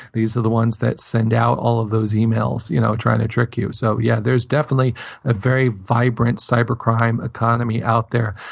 these are the ones that send out all of those emails, you know trying to trick you. so yeah, there's definitely a very vibrant cyber crime economy out there.